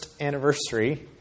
anniversary